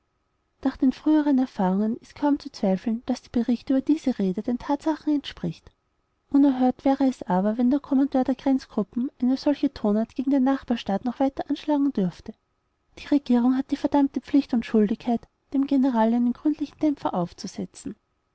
nach den früheren erfahrungen ist kaum zu zweifeln daß der bericht über diese rede den tatsachen entspricht unerhört wäre es aber wenn der kommandeur der grenztruppen eine solche tonart gegen den nachbarstaat noch weiter anschlagen dürfte die regierung hat die verdammte pflicht und schuldigkeit dem general einen gründlichen dämpfer aufzusetzen